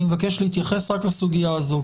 אני מבקש להתייחס רק לסוגיה הזאת.